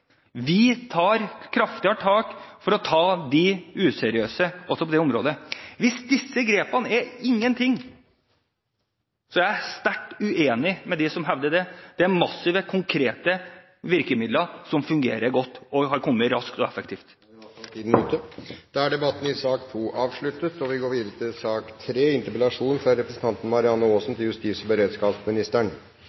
Vi tar kraftigere tak for å ta de useriøse også på det området. Hvis disse grepene er ingenting, er jeg sterkt uenig med dem som hevder det. Det er massive, konkrete virkemidler som fungerer godt, og som har kommet raskt og effektivt. Debatten i sak nr. 2 er dermed avsluttet. I 1998 ble det utgitt en bok som fikk mye oppmerksomhet og